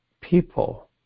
people